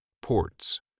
Ports